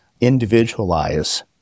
individualize